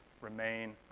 remain